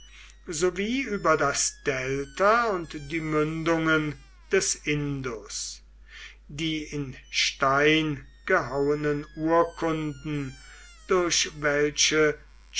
über das delta und die mündungen des indus die in stein gehauenen urkunden durch welche